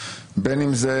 בין אם זה